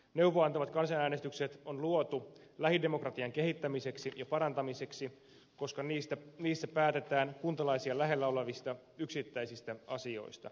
neuvoa antavat kansanäänestykset on luotu lähidemokratian kehittämiseksi ja parantamiseksi koska niissä päätetään kuntalaisia lähellä olevista yksittäisistä asioista